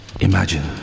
imagine